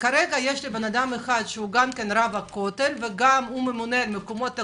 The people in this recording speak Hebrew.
כרגע יש בן אדם אחד שהוא גם רב הכותל וגם ממונה על המקומות הקדושים.